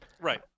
Right